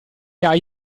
hai